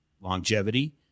longevity